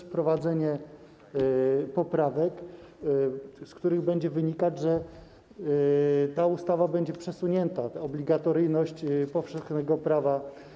Wprowadzenie poprawek, z których będzie wynikać, że ta ustawa będzie... obligatoryjność powszechnego prawa.